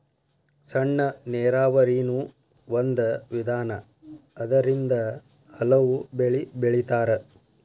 ಸಣ್ಣ ನೇರಾವರಿನು ಒಂದ ವಿಧಾನಾ ಅದರಿಂದ ಹಲವು ಬೆಳಿ ಬೆಳಿತಾರ